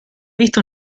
visto